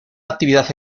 actividad